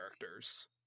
characters